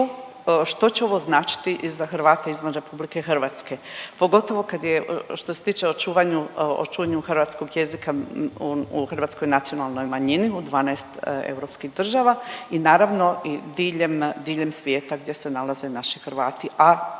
što će ovo značiti i za Hrvate izvan RH, pogotovo kad je, što se tiče očuvanju hrvatskog jezika u hrvatskoj nacionalnoj manjini u 12 europskih država i naravno i diljem, diljem svijeta gdje se nalaze naši Hrvati, a